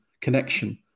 connection